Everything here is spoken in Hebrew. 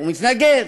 הוא מתנגד,